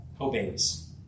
obeys